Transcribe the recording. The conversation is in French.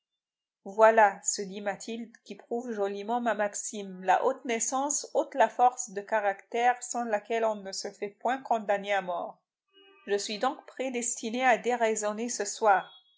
voilà se dit mathilde qui prouve joliment ma maxime la haute naissance ôte la force de caractère sans laquelle on ne se fait point condamner à mort je suis donc prédestinée à déraisonner ce